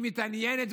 היא מתעניינת,